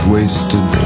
Wasted